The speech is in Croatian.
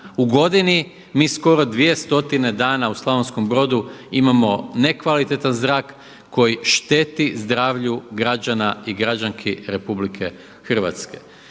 u godini mi skoro 2 stotine dana u Slavonskom Brodu imamo nekvalitetan zrak koji šteti zdravlju građana i građanki RH.